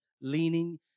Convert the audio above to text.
leaning